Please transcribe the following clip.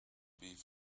beef